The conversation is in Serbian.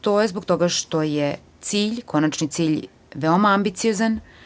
To je zbog toga što je konačni cilj veoma ambiciozan.